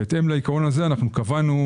בהתאם לעיקרון הזה קבענו,